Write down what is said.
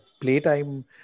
playtime